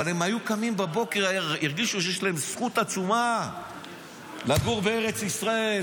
אבל הם היו קמים בבוקר והרגישו שיש להם זכות עצומה לגור בארץ ישראל.